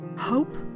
Hope